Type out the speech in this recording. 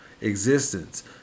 existence